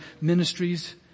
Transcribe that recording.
ministries